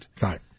Right